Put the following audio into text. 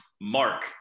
Mark